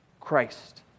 Christ